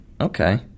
Okay